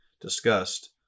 discussed